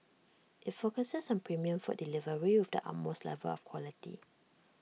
IT focuses on premium food delivery with the utmost level of quality